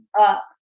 up